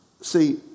See